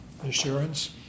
Assurance